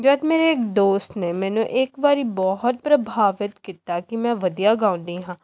ਜਦ ਮੇਰੇ ਦੋਸਤ ਨੇ ਮੈਨੂੰ ਇੱਕ ਵਾਰੀ ਬਹੁਤ ਪ੍ਰਭਾਵਿਤ ਕੀਤਾ ਕਿ ਮੈਂ ਵਧੀਆ ਗਾਉਂਦੀ ਹਾਂ